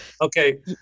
Okay